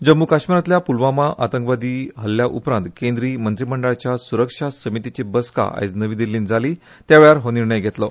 जम्म् काश्मीरातल्या प्लवामा आतंकवादी हल्ल्या उपरांत केंद्रीय मंत्रीमंडळाच्या स्रक्षा समितीची बसका आयज नवी दिल्लीत जाली तेवेळार हो निर्णय जालो